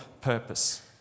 purpose